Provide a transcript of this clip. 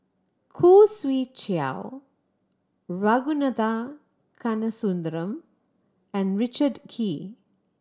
Khoo Swee Chiow Ragunathar Kanagasuntheram and Richard Kee